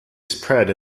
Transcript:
spread